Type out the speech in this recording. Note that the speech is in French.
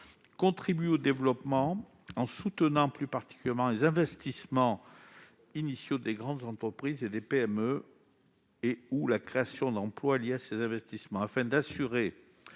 contribuent au développement de ces zones en soutenant plus particulièrement les investissements initiaux des grandes entreprises et des PME et la création d'emplois liés à ces investissements. Afin de